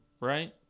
right